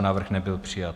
Návrh nebyl přijat.